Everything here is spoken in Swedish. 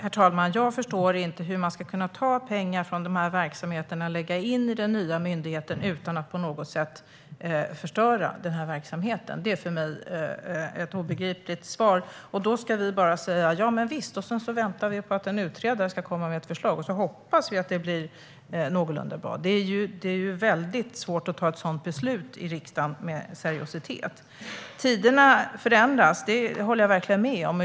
Fru talman! Jag förstår inte hur man ska kunna ta pengar från dessa verksamheter och lägga in i den nya myndigheten utan att dessa verksamheter förstörs. Det är obegripligt för mig. Ska vi bara säga "javisst", vänta på att en utredare kommer med ett förslag och hoppas att det blir någorlunda bra? Det är väldigt svårt att med seriositet ta ett sådant beslut i riksdagen. Att tiderna förändras håller jag verkligen med om.